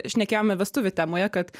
šnekėjome vestuvių temoje kad